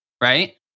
Right